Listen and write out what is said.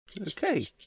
Okay